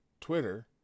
Twitter